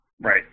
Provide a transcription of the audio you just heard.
Right